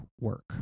work